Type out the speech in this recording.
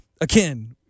Again